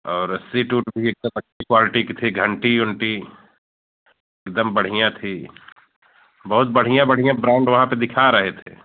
और सीट ऊट भी सब अच्छी क्वालिटी की थी घंटी ऊंटी एकदम बढ़िया थी बहुत बढ़िया बढ़िया ब्रांड वहाँ पर दिखा रहे थे